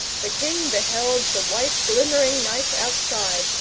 the king beheld the white glimmering night outside,